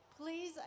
please